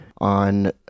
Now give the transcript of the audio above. On